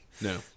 No